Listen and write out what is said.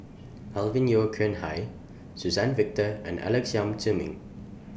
Alvin Yeo Khirn Hai Suzann Victor and Alex Yam Ziming